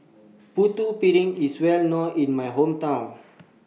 Putu Piring IS Well known in My Hometown